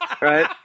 Right